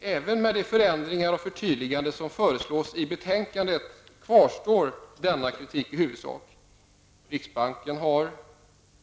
Även med de förändringar och förtydliganden som föreslås i betänkandet kvarstår denna kritik i huvudsak. Riksbanken har vid